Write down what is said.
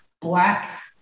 black